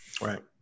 Right